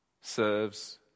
serves